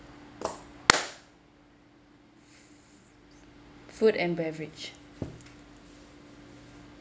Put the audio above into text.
food and beverage